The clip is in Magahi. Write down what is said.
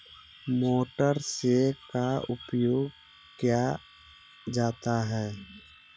मोटर से का उपयोग क्या जाता है?